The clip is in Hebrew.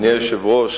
אדוני היושב-ראש,